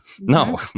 No